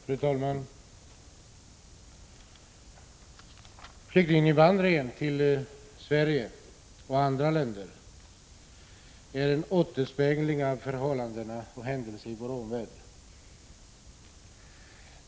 Fru talman! Flyktinginvandringen till Sverige och andra länder är en återspegling av förhållanden och händelser i vår omvärld.